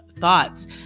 thoughts